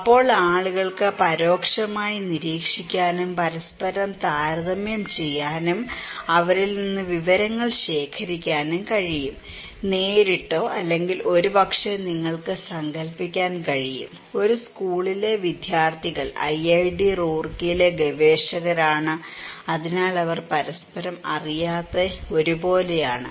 അപ്പോൾ ആളുകൾക്ക് പരോക്ഷമായി നിരീക്ഷിക്കാനും പരസ്പരം താരതമ്യം ചെയ്യാനും അവരിൽ നിന്ന് വിവരങ്ങൾ ശേഖരിക്കാനും കഴിയും നേരിട്ടോ അല്ലെങ്കിൽ ഒരുപക്ഷേ നിങ്ങൾക്ക് സങ്കൽപ്പിക്കാൻ കഴിയും ഒരു സ്കൂളിലെ വിദ്യാർത്ഥികൾ ഐഐടി റൂർക്കിയിലെ ഗവേഷകരാണ് അതിനാൽ അവർ പരസ്പരം അറിയാതെ ഒരുപോലെയാണ്